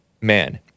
man